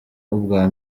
ubwa